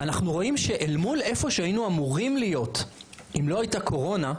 אנחנו רואים שאל מול איפה שאנחנו אמורים להיות אם לא הייתה קורונה,